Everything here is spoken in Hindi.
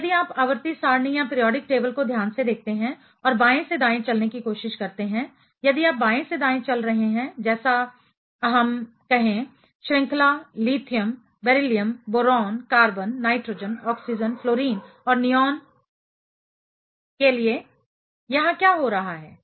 अब यदि आप आवर्ती सारणी पीरियोडिक टेबल को ध्यान से देखते हैं और बाएं से दाएं चलने की कोशिश करते हैं यदि आप बाएं से दाएं चल रहे हैं जैसे हम कहें श्रृंखला lithium beryllium boron carbon nitrogen oxygen fluorine और नियोन के लिए यहाँ क्या हो रहा है